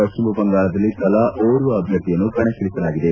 ಪಟ್ಟಿಮ ಬಂಗಾಳದಲ್ಲಿ ತಲಾ ಒಬ್ಬ ಅಭ್ವರ್ಥಿಯನ್ನು ಕಣಕ್ಕಳಸಲಾಗಿದೆ